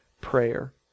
prayer